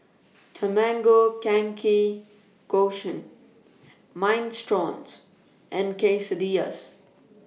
Tamago Kake Minestrones and Quesadillas